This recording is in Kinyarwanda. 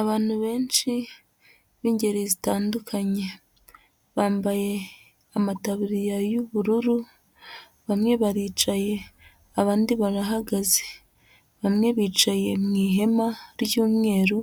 Abantu benshi b'ingeri zitandukanye, bambaye amataburiya y'ubururu, bamwe baricaye, abandi barahagaze, bamwe bicaye mu ihema ry'umweru,